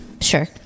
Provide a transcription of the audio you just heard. Sure